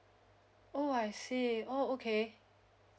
oh I see oh okay